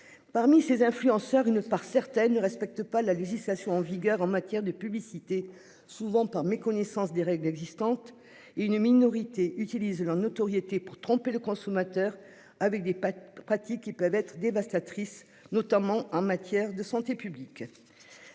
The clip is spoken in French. Parmi ces influenceurs une part certaines ne respectent pas la législation en vigueur en matière de publicité, souvent par méconnaissance des règles existantes et une minorité utilisent leur notoriété pour tromper le consommateur avec des pratiques qui peuvent être dévastatrices, notamment en matière de santé publique.